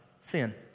sin